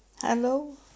Hello